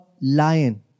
lion